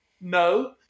No